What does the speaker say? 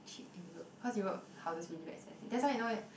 cheap in Europe cause europe houses really expensive that's why you know